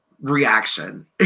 reaction